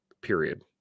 Period